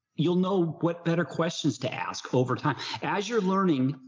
you'll know what better questions to ask over time as you're learning,